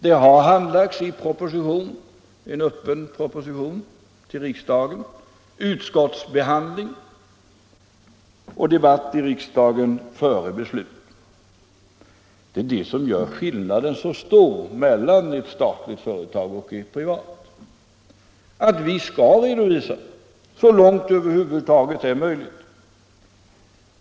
Det aktuella ärendet Stålverk 80 har framlagts i en proposition till riksdagen, och det har varit föremål för utskottets behandling och debatt i riksdagen före beslutet. Det är det som gör skillnaden så stor mellan ett statligt företag och ett privat: vi skall så långt det över huvud taget är möjligt redovisa.